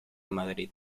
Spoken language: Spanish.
madrid